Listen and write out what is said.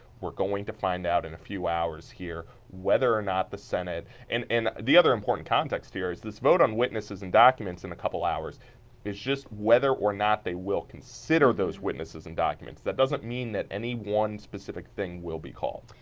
we're going to find out and a few hours here whether or not the senate and and the other important context here, this vote on witnesses and documents in a couple hours is just whether or not they will consider those witnesses and documents. that doesn't mean that any one specific will be called.